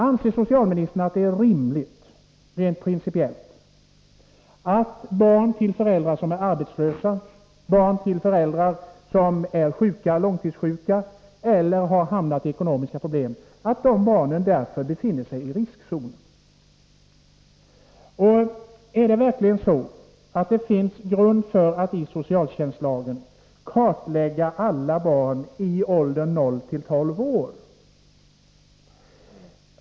Anser socialministern att det är rimligt, rent principiellt, att barn till föräldrar som är arbetslösa, långtidssjuka eller har hamnat i ekonomiska svårigheter därför anses befinna sig i riskzonen? Är det verkligen så att det i socialtjänstlagen finns grund för att kartlägga alla barn i åldern 0-12 år?